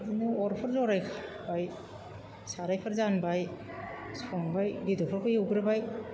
बिदिनो अरफोर जरायखाबाय सारायफोर जानबाय संबाय बेदरफोरखौ एवग्रोबाय